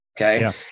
Okay